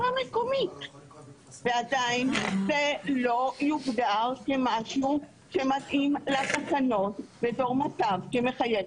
עדיין זה לא יוגדר כמשהו שמתאים לתקנות כאזור שמחייב